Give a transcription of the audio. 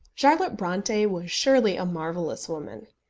charlotte bronte was surely a marvellous woman.